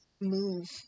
move